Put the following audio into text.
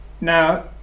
Now